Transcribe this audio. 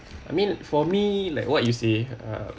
I mean for me like what you say uh